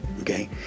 Okay